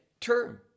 term